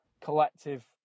collective